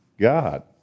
God